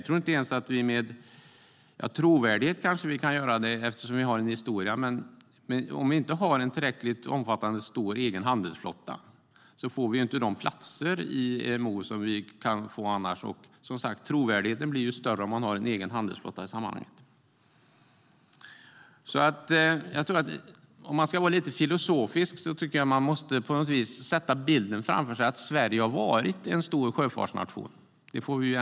Trovärdighet kanske vi kan ha eftersom vi har en historia, men om vi inte har en tillräckligt omfattande egen handelsflotta får vi inte de platser i IMO som vi annars kan få. Trovärdigheten blir ju större om man har en egen handelsflotta i sammanhanget. För att vara lite filosofisk: Jag tycker att man måste sätta bilden framför sig att Sverige har varit en stor sjöfartsnation.